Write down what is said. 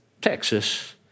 Texas